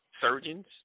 Surgeons